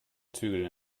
zügel